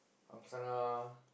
Angsana